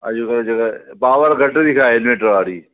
अॼुकल्ह जेका पॉवर घटि थी खाए इनवर्टर वारी